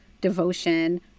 devotion